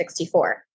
1964